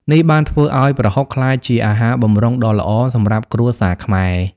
នេះបានធ្វើឱ្យប្រហុកក្លាយជាអាហារបម្រុងដ៏ល្អសម្រាប់គ្រួសារខ្មែរ។